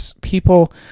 people